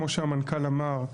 כמו שהמנכ"ל אמר,